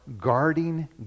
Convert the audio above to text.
guarding